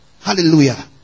Hallelujah